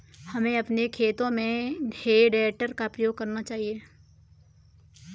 हमें अपने खेतों में हे टेडर का प्रयोग करना चाहिए